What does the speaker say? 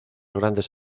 grandes